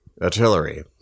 artillery